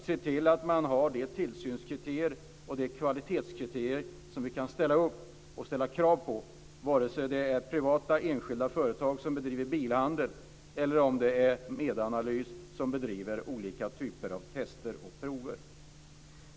De ska se till att man har de tillsynskriterier och de kvalitetskriterier som vi kan ställa krav på, vare sig det handlar om privata enskilda företag som bedriver bilhandel eller Medanalys som hanterar olika typer av tester och prover.